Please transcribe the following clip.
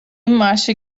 acha